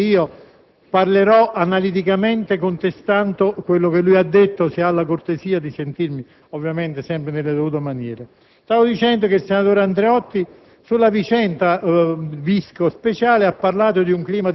Onorevole Presidente, cari colleghi senatori, onorevole Ministro, il senatore Andreotti, sulla vicenda Visco-Speciale, ha parlato di un clima di squallore. Sono ancora più pessimista, colleghi